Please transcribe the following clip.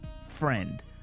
friend